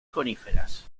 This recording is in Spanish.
coníferas